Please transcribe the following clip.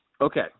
Okay